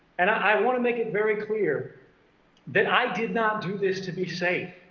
and i want to make it very clear that i did not do this to be safe.